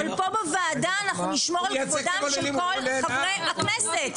אבל פה בוועדה אנחנו נשמור על כבודם של כל חברי הכנסת.